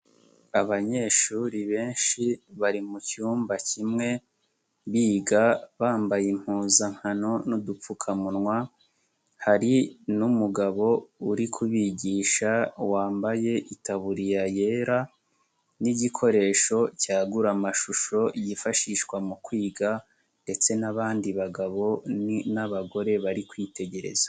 Abanyeshuri benshi bari mu cyumba kimwe biga bambaye impuzankano n'udupfukamunwa, hari n'umugabo uri kubigisha wambaye itaburiya yera n'igikoresho cyagura amashusho yifashishwa mu kwiga ndetse n'abandi bagabo n'abagore bari kwitegereza.